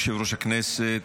יושב-ראש הישיבה,